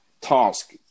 task